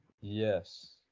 Yes